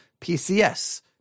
PCS